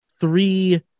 three